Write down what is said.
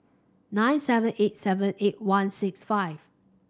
nine seven eight seven eight one six five